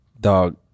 Dog